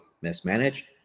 mismanaged